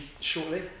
shortly